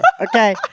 Okay